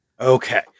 Okay